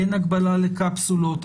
אין הגבלה לקפסולות,